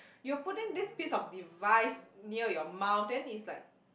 you're putting this piece of device near your mouth then is like